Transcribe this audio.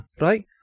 Right